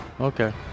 Okay